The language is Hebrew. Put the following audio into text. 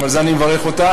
גם על זה אני מברך אותה.